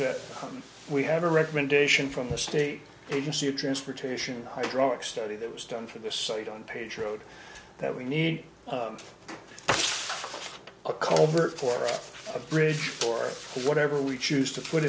that we had a recommendation from the state agency a transportation hydraulic study that was done for the site on page road that we need a culvert for a bridge or whatever we choose to put